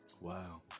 Wow